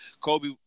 kobe